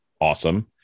awesome